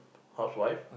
housewife